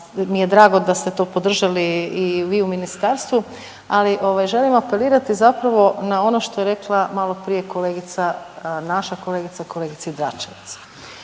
mi je drago da ste to podržali i vi u ministarstvu, ali ovaj želim apelirati zapravo na ono što je rekla maloprije kolegica, naša kolegica kolegici Dračevac.